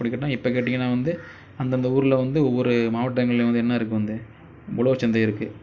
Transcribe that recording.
அப்படி கேட்டால் இப்போ கேட்டிங்கன்னா வந்து அந்தந்த ஊர்ல வந்து ஒவ்வொரு மாவட்டங்கள்லேயும் வந்து என்னருக்கு வந்து உழவர் சந்தை இருக்குது